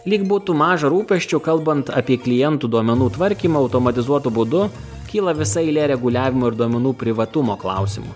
lyg būtų maža rūpesčių kalbant apie klientų duomenų tvarkymą automatizuotu būdu kyla visa eilė reguliavimo ir duomenų privatumo klausimų